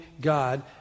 God